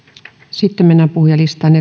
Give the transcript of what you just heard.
sitten mennään puhujalistaan